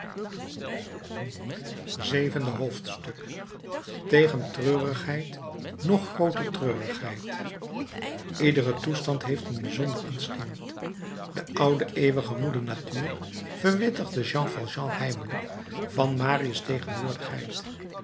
zevende hoofdstuk tegen treurigheid nog grooter treurigheid iedere toestand heeft een bijzonder instinct de oude eeuwige moeder natuur verwittigde jean valjean heimelijk van marius tegenwoordigheid